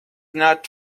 not